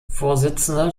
vorsitzender